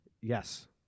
Yes